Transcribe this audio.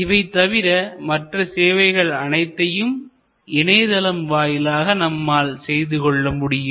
இவை தவிர மற்ற சேவைகள் அனைத்தும் இணையதளம் வாயிலாக நம்மால் செய்து கொள்ள முடியும்